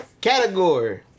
Category